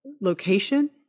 location